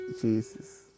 Jesus